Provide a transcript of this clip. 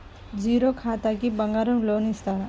Zero ఖాతాకి బంగారం loan ఇస్తారా?